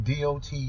dot